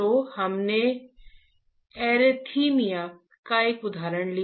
तो हमने एरिथमिया का एक उदाहरण लिया